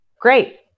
great